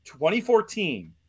2014